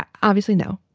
obviously, no.